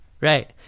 Right